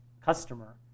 customer